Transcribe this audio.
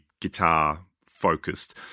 guitar-focused